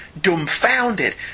Dumbfounded